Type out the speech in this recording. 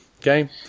okay